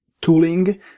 tooling